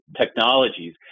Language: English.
technologies